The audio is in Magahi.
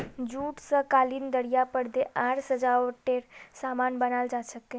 जूट स कालीन दरियाँ परदे आर सजावटेर सामान बनाल जा छेक